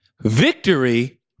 victory